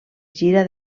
gira